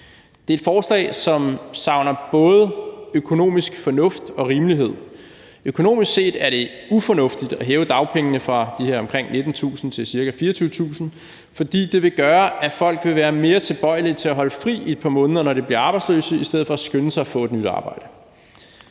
Det er et forslag, som både savner økonomisk fornuft og rimelighed. Økonomisk set er det ufornuftigt at hæve dagpengene fra de her omkring 19.000 kr. til ca. 24.000 kr., fordi det vil gøre, at folk vil være mere tilbøjelige til at holde fri i et par måneder, når de bliver arbejdsløse, i stedet for at skynde sig at få et nyt arbejde.